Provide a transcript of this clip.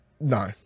No